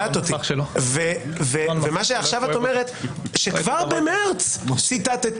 ומה שעכשיו את אומרת שכבר במרס ציטטתי